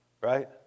right